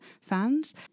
fans